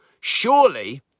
surely